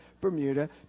Bermuda